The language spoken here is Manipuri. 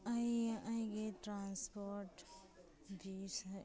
ꯑꯩ ꯑꯩꯒꯤ ꯇ꯭ꯔꯥꯟꯁꯄꯣꯔꯠ